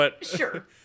Sure